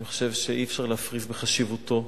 אני חושב שאי-אפשר להפריז בחשיבותו,